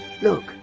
Look